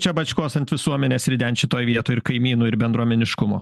čia bačkos ant visuomenės rident šitoj vietoj ir kaimynų ir bendruomeniškumo